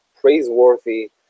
praiseworthy